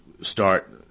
start –